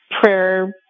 prayer